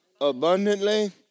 abundantly